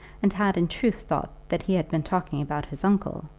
and had in truth thought that he had been talking about his uncle,